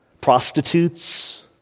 prostitutes